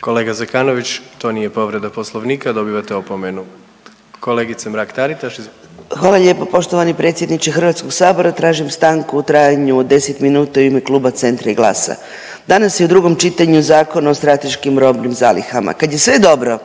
Kolega Zekanović, to nije povreda poslovnika, dobivate opomenu. Kolegice Mrak-Taritaš, izvolite. **Mrak-Taritaš, Anka (GLAS)** Hvala lijepo poštovani predsjedniče HS. Tražim stanku u trajanju od 10 minuta u ime Kluba Centra i GLAS-a. Danas je u drugom čitanju Zakon o strateškim robnih zalihama kad je sve dobro,